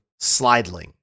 *Slidling*